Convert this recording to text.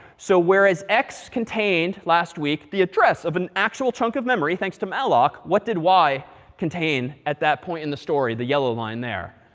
so whereas x contained, last week, the address of an actual chunk of memory, thanks to malloc, what did y contain at that point in the story? the yellow line there.